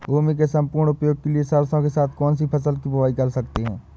भूमि के सम्पूर्ण उपयोग के लिए सरसो के साथ कौन सी फसल की बुआई कर सकते हैं?